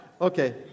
Okay